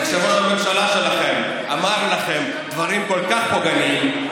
וכשראש הממשלה שלכם אמר לכם דברים כל כך פוגעניים,